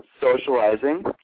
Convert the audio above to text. socializing